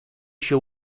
się